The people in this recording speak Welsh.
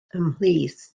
ymhlith